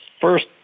first